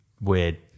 weird